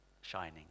shining